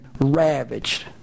ravaged